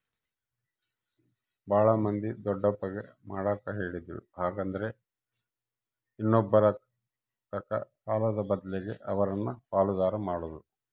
ಬಾಳ ಮಂದಿ ದೊಡ್ಡಪ್ಪಗ ಮಾಡಕ ಹೇಳಿದ್ರು ಹಾಗೆಂದ್ರ ಇನ್ನೊಬ್ಬರತಕ ಸಾಲದ ಬದ್ಲಗೆ ಅವರನ್ನ ಪಾಲುದಾರ ಮಾಡೊದು